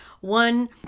one